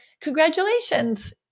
congratulations